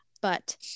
but-